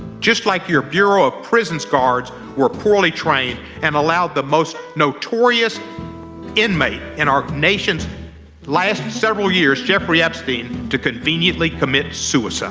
just like your bureau of prisons guards were poorly trained and allowed the most notorious inmate in our nation's last several years, jeffrey epstein, to conveniently commit suicide